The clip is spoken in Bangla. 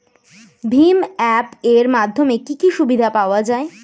ভিম অ্যাপ এর মাধ্যমে কি কি সুবিধা পাওয়া যায়?